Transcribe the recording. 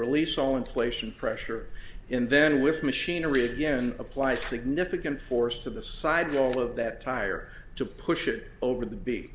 release all inflation pressure in then with machinery again apply significant force to the sidewall of that tire to push it over the big